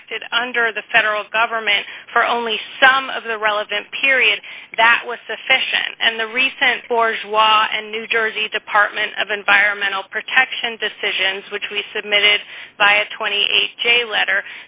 acted under the federal government for only some of the relevant period that was sufficient and the recent borzois and new jersey department of environmental protection decisions which we submitted by a twenty eight j letter